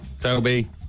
Toby